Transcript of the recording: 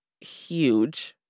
huge